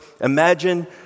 imagine